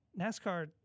NASCAR